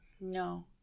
No